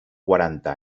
quaranta